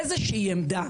איזושהי עמדה